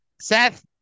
Seth